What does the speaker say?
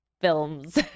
films